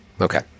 Okay